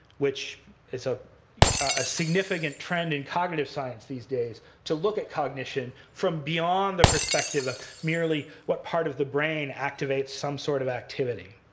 which is a ah significant trend in cognitive science these days to look at cognition from beyond the perspective of merely what part of the brain activates some sort of activity.